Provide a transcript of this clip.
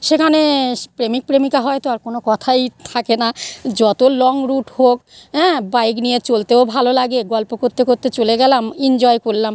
সেখানে স্ প্রেমিক প্রেমিকা হয় তো আর কোনো কথাই থাকে না যত লং রুট হোক হ্যাঁ বাইক নিয়ে চলতেও ভালো লাগে গল্প করতে করতে চলে গেলাম এনজয় করলাম